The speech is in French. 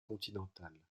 continentales